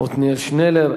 עתניאל שנלר.